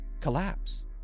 collapse